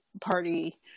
party